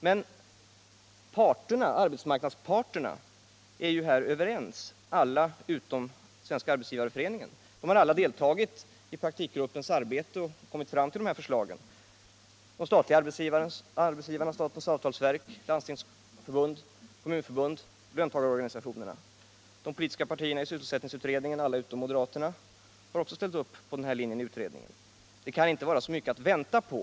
Men alla arbetsmarknadens parter utom Svenska arbetsgivareföreningen är överens i denna fråga. De har alla deltagit i praktikgruppens arbete och står bakom dess förslag. Den statliga arbetsgivaren statens avtalsverk, Landstingsförbundet, Kommunförbundet, löntagarorganisationerna och vidare alla de politiska partiernas representanter i sysselsättningsutredningen utom moderaternas har ställt sig bakom utredningens linje. Jag menar att det inte kan vara så mycket att vänta på.